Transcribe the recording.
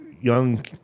young